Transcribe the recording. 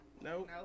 No